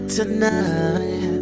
tonight